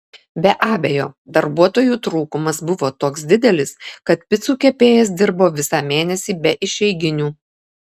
be abejo darbuotojų trūkumas buvo toks didelis kad picų kepėjas dirbo visą mėnesį be išeiginių